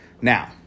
Now